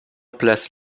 place